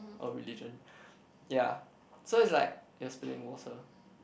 or religion yeah so it's like you're spilling water